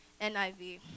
NIV